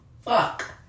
fuck